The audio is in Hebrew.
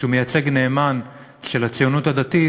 שהוא מייצג נאמן של הציונות הדתית,